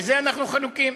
בזה אנחנו חלוקים,